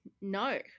no